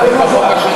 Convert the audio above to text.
זה משהו אחר.